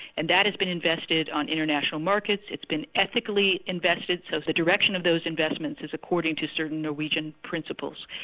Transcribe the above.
and that has been invested on international markets, it's been ethically invested, so the direction of those investments is according to certain norwegian principles.